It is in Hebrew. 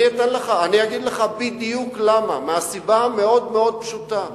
אני אגיד לך בדיוק למה, מהסיבה המאוד-מאוד פשוטה: